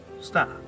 Stop